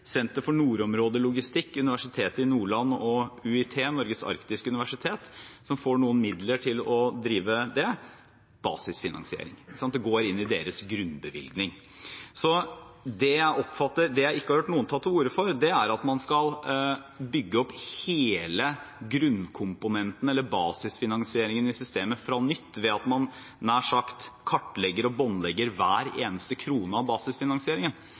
Senter for nordområdelogistikk – Universitetet i Nordland og UiT, Norges arktiske universitet, får noen midler til å drive det – basisfinansiering. Det går inn i deres grunnbevilgning. Jeg har ikke hørt noen ta til orde for at man skal bygge opp hele grunnkomponenten, eller basisfinansieringen, i systemet på nytt ved at man nær sagt kartlegger og båndlegger hver eneste krone av basisfinansieringen.